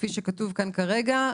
כפי שכתוב כאן כרגע,